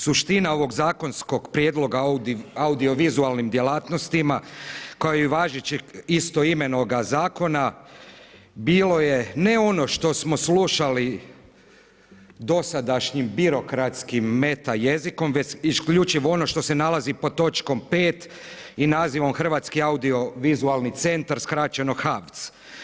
Suština ovog zakonskog prijedloga o audiovizualnim djelatnostima kao i važećeg istoimenoga zakona bilo je ne ono što smo slušali dosadašnjim birokratskim meta jezikom već isključivo ono što se nalazi pod točkom 5 i nazivom Hrvatski audiovizualni centar, skraćeno HAVC.